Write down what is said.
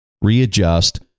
readjust